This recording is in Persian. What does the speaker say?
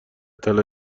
طلا